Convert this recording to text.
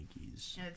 Yankees